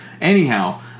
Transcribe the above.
anyhow